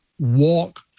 Walk